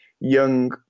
Young